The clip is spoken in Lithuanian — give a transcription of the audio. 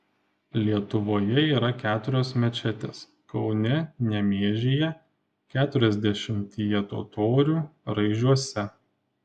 lietuvoje yra keturios mečetės kaune nemėžyje keturiasdešimtyje totorių raižiuose